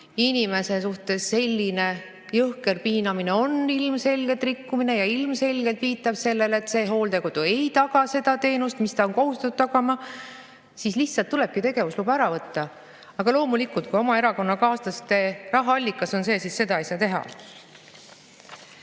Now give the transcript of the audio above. inimese suhtes – selline jõhker piinamine on ilmselgelt rikkumine ja ilmselgelt viitab sellele, et see hooldekodu ei taga seda teenust, mida ta on kohustatud tagama –, siis lihtsalt tulebki tegevusluba ära võtta. Aga loomulikult, kui see on oma erakonnakaaslaste rahaallikas, siis seda ei saa teha.